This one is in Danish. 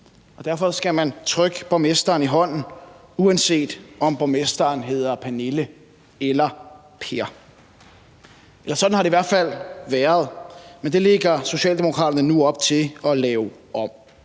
derfor skal man trykke borgmesteren i hånden, uanset om borgmesteren hedder Pernille eller Per. Sådan har det i hvert fald været, men det lægger Socialdemokraterne nu op til at lave om,